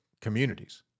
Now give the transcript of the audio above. communities